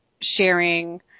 sharing